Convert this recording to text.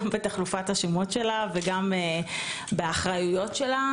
בתחלופת השמות שלה וגם באחריויות שלה.